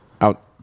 out